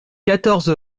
quatorze